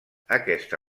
aquesta